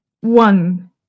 One